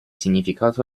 significato